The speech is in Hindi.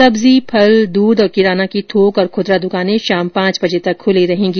सब्जी फल दूध और किराना की थोक और ख्वदरा द्वकाने शाम पांच बजे तक ख्वली रहेंगी